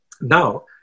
Now